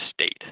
state